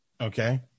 Okay